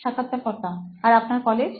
সাক্ষাৎকারকর্তা আর আপনার কলেজ